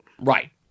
right